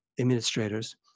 administrators